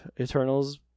Eternals